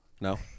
No